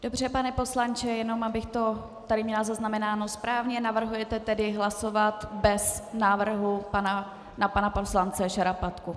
Dobře, pane poslanče, jenom abych to tady měla zaznamenáno správně navrhujete tedy hlasovat bez návrhu na pana poslance Šarapatku.